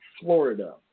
Florida